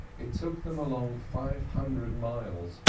it took them along five hundred miles,